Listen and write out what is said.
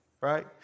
Right